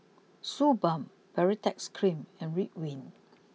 Suu Balm Baritex cream and Ridwind